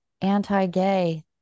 anti-gay